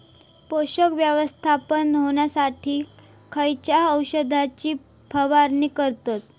पोषक व्यवस्थापन होऊच्यासाठी खयच्या औषधाची फवारणी करतत?